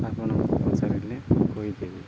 ଆପଣ ପଚାରିଲେ କହିଦେବି